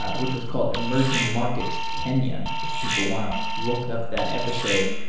ah which was called emerging markets kenya, if people want to look up that episode,